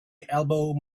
elbowed